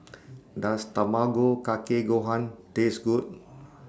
Does Tamago Kake Gohan Taste Good